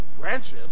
branches